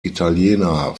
italiener